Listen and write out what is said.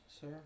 sir